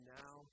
now